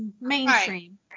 mainstream